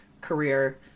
career